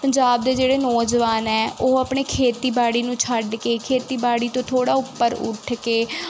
ਪੰਜਾਬ ਦੇ ਜਿਹੜੇ ਨੌਜਵਾਨ ਹੈ ਉਹ ਆਪਣੇ ਖੇਤੀਬਾੜੀ ਨੂੰ ਛੱਡ ਕੇ ਖੇਤੀਬਾੜੀ ਤੋਂ ਥੋੜ੍ਹਾ ਉੱਪਰ ਉੱਠ ਕੇ